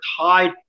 tied